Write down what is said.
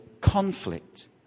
conflict